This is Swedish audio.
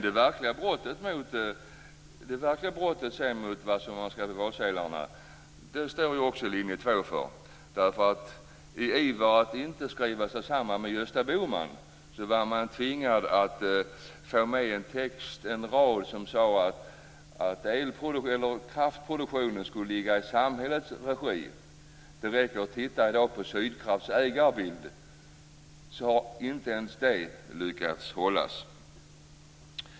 Det verkliga brottet mot vad som står på valsedlarna står också linje 2 för. I ivern att inte skriva sig samman med Gösta Bohman var man tvungen att få med en rad som sade att kraftproduktionen skulle ligga i samhällets regi. Om vi tittar på Sydkrafts ägarbild i dag ser vi att man inte har lyckats hålla ens det.